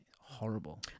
horrible